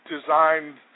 designed